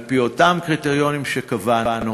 על-פי אותם קריטריונים שקבענו,